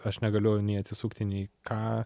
aš negalėju nei atsisukti nei ką